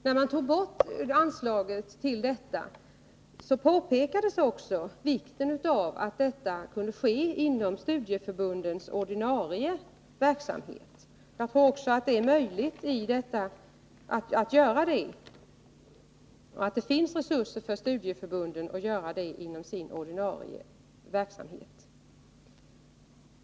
När man tog bort anslaget till utbildningsverksamheten påpekades samtidigt vikten av att utbildning kunde ske inom studieförbundens ordinarie verksamhet. Jag tror också att det finns resurser inom studieförbunden för att genomföra en sådan utbildning inom den ordinarie verksamheten.